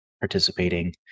participating